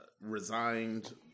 resigned